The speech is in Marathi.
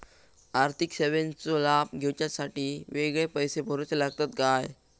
आर्थिक सेवेंचो लाभ घेवच्यासाठी वेगळे पैसे भरुचे लागतत काय?